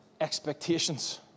expectations